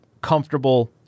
comfortable